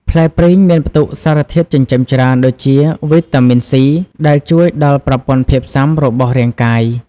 ផ្លែព្រីងមានផ្ទុកសារធាតុចិញ្ចឹមច្រើនដូចជា វីតាមីន C ដែលជួយដល់ប្រព័ន្ធភាពស៊ាំរបស់រាងកាយ។